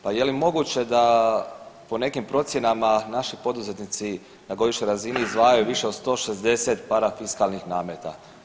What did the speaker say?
Pa je li moguće da po nekim procjenama naši poduzetnici na godišnjoj razini izdvajaju više od 160 parafiskalnih nameta?